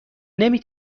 نمی